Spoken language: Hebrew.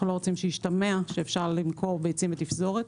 אנו לא שרוצים שישתמע שאפשר למכור ביצים בתפזורת.